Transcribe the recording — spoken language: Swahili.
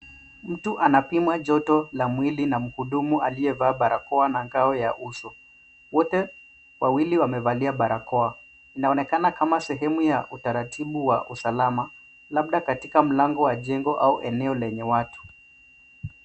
Mtu anapimwa joto la mwili na mhudumu aliyevaa barakoa na ngao ya uso. Wote wawili wamevalia barakoa. Inaonekana kama sehemu ya utaratibu wa usalama, labda katika mlango wa jengo au eneo lenye watu.